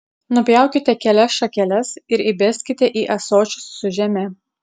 nupjaukite kelias šakeles ir įbeskite į ąsočius su žeme